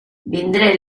vindré